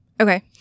Okay